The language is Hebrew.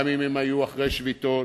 גם אם הם היו אחרי שביתות,